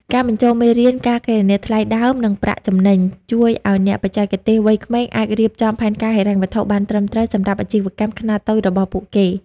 ការបញ្ចូលមេរៀន "ការគណនាថ្លៃដើម និងប្រាក់ចំណេញ" ជួយឱ្យអ្នកបច្ចេកទេសវ័យក្មេងអាចរៀបចំផែនការហិរញ្ញវត្ថុបានត្រឹមត្រូវសម្រាប់អាជីវកម្មខ្នាតតូចរបស់ពួកគេ។